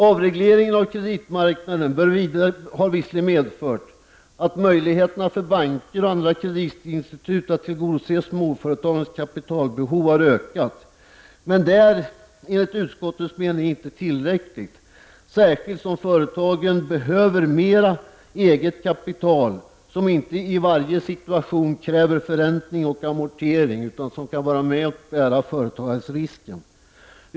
Avregleringen av kreditmarknaden har visserligen medfört att möjligheterna för banker och andra kreditinstitut att tillgodose småföretagens kapitalbehov har ökat, men detta är enligt utskottets mening inte tillräckligt, särskilt som företagen behöver mera eget kapital som inte i varje situation kräver förräntning och amortering, utan som kan bidra till att bära företagarrisken.